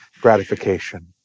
gratification